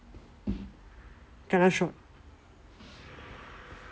kena shot